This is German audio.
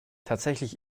tatsächlich